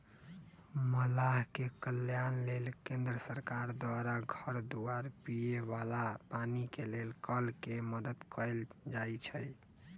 मलाह के कल्याण लेल केंद्र सरकार द्वारा घर दुआर, पिए बला पानी के लेल कल के मदद कएल जाइ छइ